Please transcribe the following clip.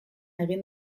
egin